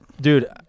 dude